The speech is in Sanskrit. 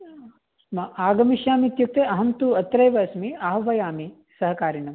आगमिष्यामि इत्युक्ते अहं तु अत्रैव अस्मि आह्वयामि सहकारिणं